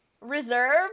Reserved